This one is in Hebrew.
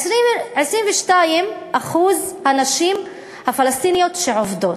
22% הנשים הפלסטיניות שעובדות.